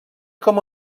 com